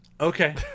Okay